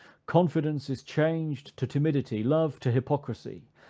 confidence is changed to timidity, love to hypocrisy,